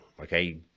okay